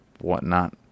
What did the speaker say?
whatnot